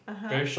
(uh huh)